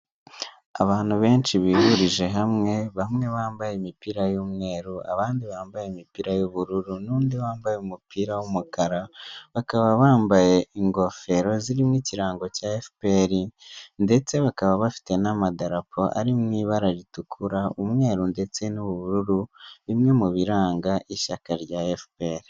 Abantu benshi bihurije hamwe, bamwe bambaye imipira y'umweru abandi bambaye imipira yu'ubururu, n'undi wambaye umupira wumukara, bakaba bambaye ingofero zirimo ikirango cya efuperi ndetse bakaba bafite n'amadarapo ari mu ibara ritukura umweru ndetse n'ubururu, bimwe mu biranga ishyaka rya efuperi.